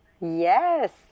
Yes